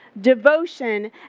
devotion